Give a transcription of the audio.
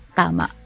tama